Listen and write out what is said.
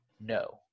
no